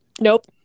Nope